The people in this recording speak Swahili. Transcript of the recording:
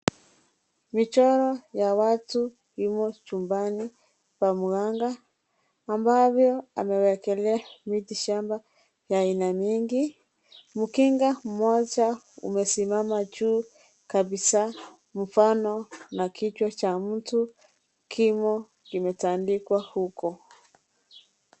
Michoro ya watu imo chumbani pa mganga ambapo amewekelea mitishamba ya aina mingi , mkinga mmoja umesimama juu kabisa mfano na kichwa cha mtu kimo kimetandikwa huko.